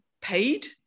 paid